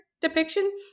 depiction